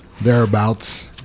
Thereabouts